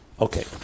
Okay